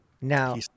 Now